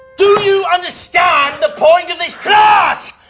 do you understand the point of this class?